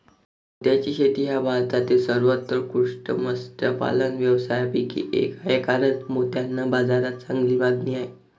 मोत्याची शेती हा भारतातील सर्वोत्कृष्ट मत्स्यपालन व्यवसायांपैकी एक आहे कारण मोत्यांना बाजारात चांगली मागणी आहे